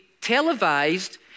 televised